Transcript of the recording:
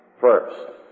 First